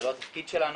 זה לא התפקיד שלנו.